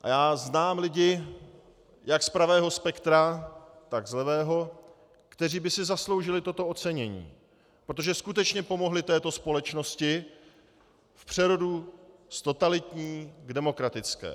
A znám lidi jak z pravého spektra, tak z levého, kteří by si zasloužili toto ocenění, protože skutečně pomohli této společnosti v přerodu z totalitní k demokratické.